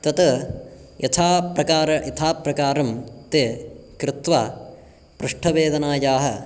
तत् यथा प्रकारं यथा प्रकारं ते कृत्वा पृष्ठवेदनायाः